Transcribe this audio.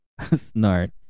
Snart